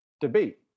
debate